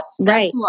right